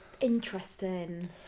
Interesting